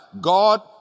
God